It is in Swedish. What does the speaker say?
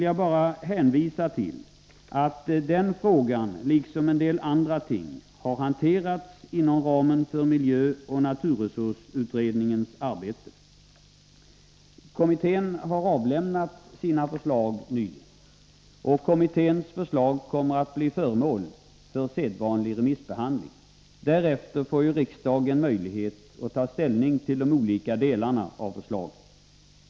Jag vill hänvisa till att den frågan, liksom en del andra, har behandlats inom ramen för miljöoch naturresursutredningens arbete. Kommittén har avlämnat sina förslag nyligen, och de kommer att bli föremål för sedvanlig remissbehandling. Därefter får riksdagen möjlighet att ta ställning till de olika delarna av förslagen.